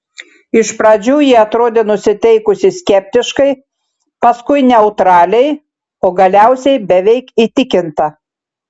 iš pradžių ji atrodė nusiteikusi skeptiškai paskui neutraliai o galiausiai beveik įtikinta